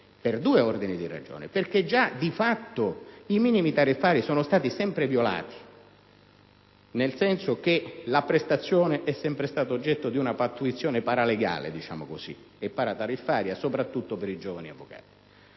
per due ordini di ragioni. Innanzitutto perché, di fatto, i minimi tariffari sono stati sempre violati, nel senso che la prestazione è sempre stata oggetto di una pattuizione paralegale e paratariffaria, soprattutto per i giovani avvocati,